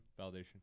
validation